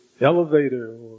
elevator